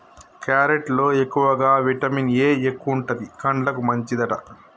carrot లో ఎక్కువగా vitamin A ఎక్కువుంటది, కండ్లకు మంచిదట